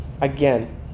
Again